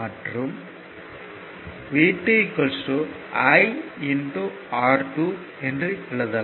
மற்றும் V2 I R2 என எழுதலாம்